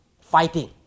fighting